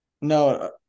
No